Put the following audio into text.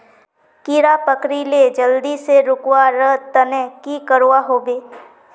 कीड़ा पकरिले जल्दी से रुकवा र तने की करवा होबे?